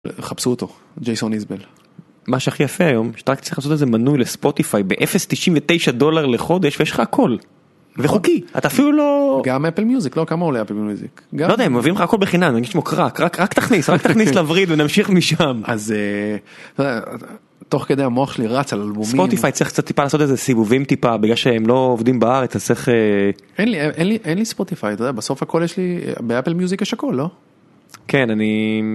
חפשו אותו. ג'ייסון ניסבל. מה שהכי יפה היום שאתה רק צריך לעשות איזה מנוי ל-spotify באיזה 0.99$ לחודש ויש לך הכל, וחוקי! אתה אפילו לא... גם אפל מיוזיק לא? כמה עולה אפל מיוזיק? לא יודע. גם הם מביאים לך הכל בחינם, רק, רק, רק תכניס, רק תכניס לוריד ונמשיך משם. אז... תוך כדי המוח שלי רץ על אלבומים... spotify צריך קצת טיפה לעשות איזה סיבובים טיפה בגלל שהם לא עובדים בארץ אז איך אין לי אין לי אין לי spotify אתה בסוף הכל יש לי באפל מיוזיק יש הכל לא. כן אני.